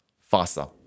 faster